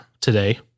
today